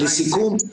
ולסיכום,